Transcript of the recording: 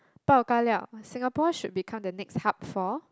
bao kar liao Singapore should become the next hub for